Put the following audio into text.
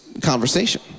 conversation